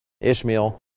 Ishmael